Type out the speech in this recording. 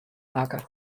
makke